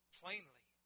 plainly